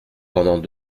pendant